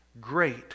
Great